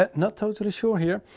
ah not totally sure here.